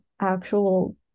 actual